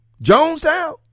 Jonestown